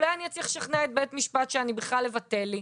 אולי אני אצליח לשכנע את בית המשפט שאני בכלל אבטל לי.